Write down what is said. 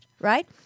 right